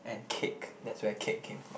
and cake that's where cake came from